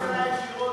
ישיבות,